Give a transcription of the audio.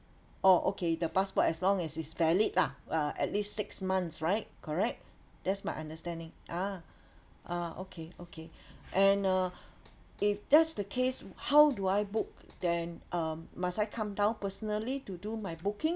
oh okay the passport as long as is valid lah uh at least six months right correct that's my understanding ah ah okay okay and uh if that's the case how do I book then um must I come down personally to do my booking